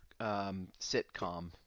sitcom